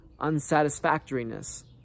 unsatisfactoriness